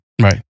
Right